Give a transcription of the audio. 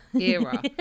era